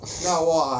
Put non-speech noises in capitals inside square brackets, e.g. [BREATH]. [BREATH]